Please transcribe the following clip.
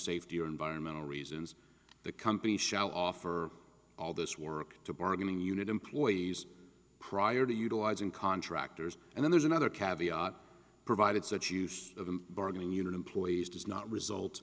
safety or environmental reasons the company shall offer all this work to bargaining unit employees prior to utilizing contractors and then there's another caviar provided such use of a bargaining unit employees does not result